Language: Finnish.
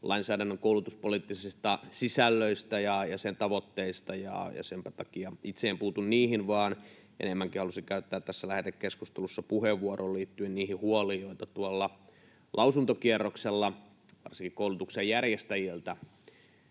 lainsäädännön koulutuspoliittisista sisällöistä ja sen tavoitteista, ja senpä takia itse en puutu niihin, vaan halusin käyttää tässä lähetekeskustelussa puheenvuoron liittyen enemmänkin niihin huoliin, joita tuolla lausuntokierroksella varsinkin koulutuksen järjestäjiltä